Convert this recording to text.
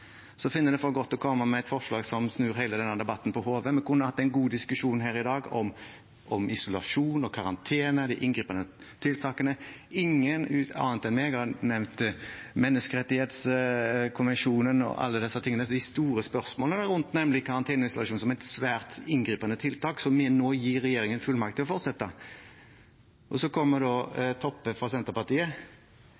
det for godt å komme med et forslag som snur hele denne debatten på hodet. Vi kunne hatt en god diskusjon her i dag om isolasjon og karantene, de inngripende tiltakene. Ingen andre enn meg har nevnt Menneskerettskonvensjonen og alle disse tingene, de store spørsmålene rundt nettopp karantene og isolasjon, som er svært inngripende tiltak, og som vi nå gir regjeringen fullmakt til å fortsette med. Så kommer